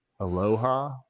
Aloha